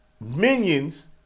minions